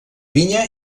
vinya